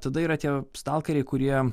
tada ir atėjo stalkeriai kurie